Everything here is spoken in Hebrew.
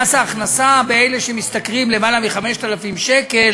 במס ההכנסה של אלה שמשתכרים למעלה מ-5,000 שקל